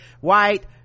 white